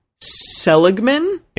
Seligman